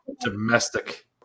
Domestic